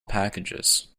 packages